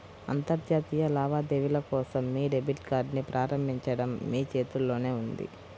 అంతర్జాతీయ లావాదేవీల కోసం మీ డెబిట్ కార్డ్ని ప్రారంభించడం మీ చేతుల్లోనే ఉంది